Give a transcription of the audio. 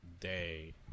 day